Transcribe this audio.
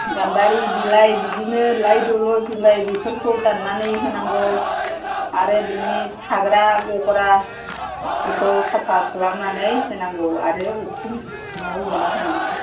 गाम्बारि बिलाइ बिदिनो लाइ दलर बिलाइ बेफोरखौ दाननानै होनांगौ आरो बिनि थाग्रा गग्राफोरखौ साफा खालामनानै होनांगौ आरो उखुम न' लुना होनांगौ